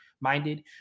minded